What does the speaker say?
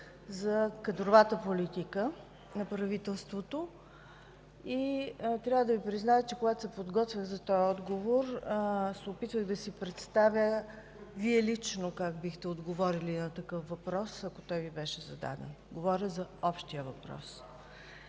за кадровата политика на правителството. Трябва да Ви призная, че когато се подготвях за този отговор, се опитах да си представя Вие лично как бихте отговорили на такъв въпрос, ако Ви беше зададен – говоря за общия въпрос.